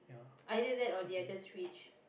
either that or they are just rich